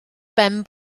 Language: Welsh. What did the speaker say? ben